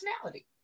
personality